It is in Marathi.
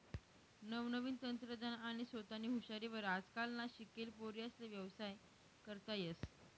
नवनवीन तंत्रज्ञान आणि सोतानी हुशारी वर आजकालना शिकेल पोर्यास्ले व्यवसाय करता येस